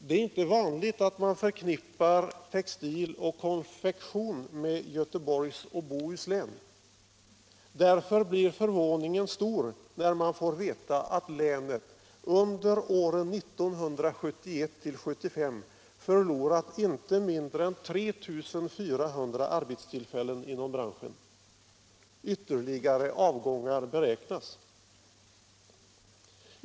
Textil och konfektion förknippar man vanligtvis inte med Göteborgs och Bohus län. Därför blir förvåningen stor, när man får veta att länet under åren 1971-1975 förlorat inte mindre än 3 400 arbetstillfällen inom branschen. Ytterligare avgångar beräknas.